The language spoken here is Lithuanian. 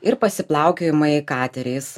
ir pasiplaukiojimai kateriais